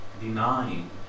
denying